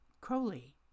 Crowley